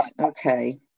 okay